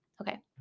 okay